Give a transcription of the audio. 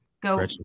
go